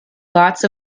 lots